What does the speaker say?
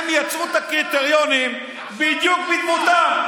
הם יצרו את הקריטריונים בדיוק בדמותם.